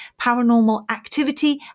paranormalactivity